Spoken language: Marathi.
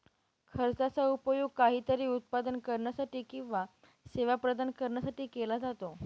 खर्चाचा उपयोग काहीतरी उत्पादन करण्यासाठी किंवा सेवा प्रदान करण्यासाठी केला जातो